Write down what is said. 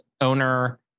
owner